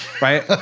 Right